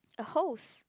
a hose